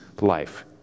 life